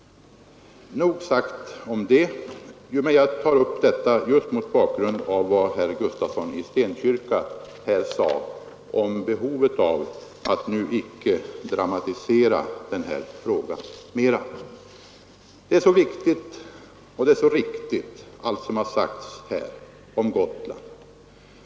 Nog sagt om detta. Men jag har velat ta upp detta mot bakgrund av vad herr Gustafsson i Stenkyrka sade om behovet av att nu icke dramatisera denna fråga. Det är så viktigt och det är så riktigt allt som har sagts här om Gotland.